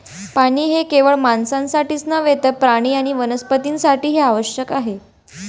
पाणी हे केवळ माणसांसाठीच नव्हे तर प्राणी आणि वनस्पतीं साठीही आवश्यक आहे